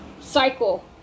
cycle